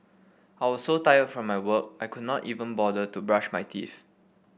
I was so tired from my work I could not even bother to brush my teeth